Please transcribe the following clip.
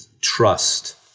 trust